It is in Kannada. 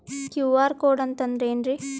ಕ್ಯೂ.ಆರ್ ಕೋಡ್ ಅಂತಂದ್ರ ಏನ್ರೀ?